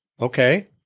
Okay